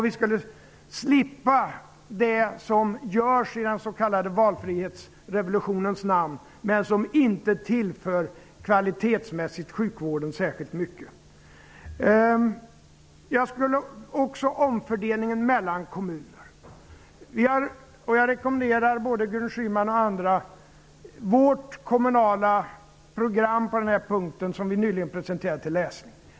Vi skulle slippa det som görs i den s.k. valfrihetsrevolutionens namn men som kvalitetsmässigt inte tillför sjukvården särskilt mycket. Låt mig också ta upp omfördelningen mellan kommuner. Jag rekommenderar Gudrun Schyman och andra att läsa vårt nyligen presenterade kommunala program på den här punkten.